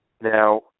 Now